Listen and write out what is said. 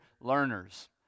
learners